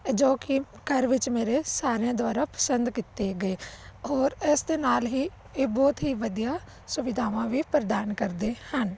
ਜੋ ਕਿ ਘਰ ਵਿੱਚ ਮੇਰੇ ਸਾਰਿਆਂ ਦੁਆਰਾ ਪਸੰਦ ਕੀਤੇ ਗਏ ਔਰ ਇਸ ਦੇ ਨਾਲ ਹੀ ਇਹ ਬਹੁਤ ਹੀ ਵਧੀਆ ਸੁਵਿਧਾਵਾਂ ਵੀ ਪ੍ਰਦਾਨ ਕਰਦੇ ਹਨ